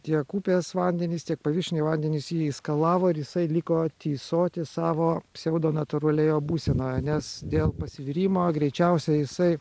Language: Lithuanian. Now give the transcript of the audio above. tiek upės vandenys tiek paviršiniai vandenys jį išskalavo ir jisai liko tysoti savo pseudo natūralioje būsenoje nes dėl pasvyrimo greičiausiai jisai